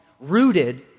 Rooted